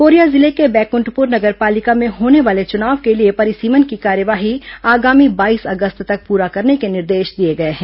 Korea जिले के बैकुंठपुर नगर पालिका में होने वाले चुनाव के लिए परिसीमन की कार्यवाही आगामी बाईस अगस्त तक पूरा करने के निर्देश दिए गए हैं